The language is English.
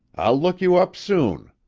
i'll look you up soon.